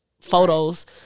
photos